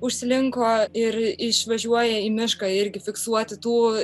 užslinko ir išvažiuoja į mišką irgi fiksuoti tų